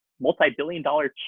multi-billion-dollar